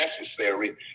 necessary